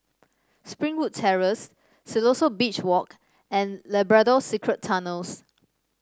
Springwood Terrace Siloso Beach Walk and Labrador Secret Tunnels